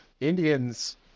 Indians